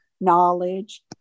knowledge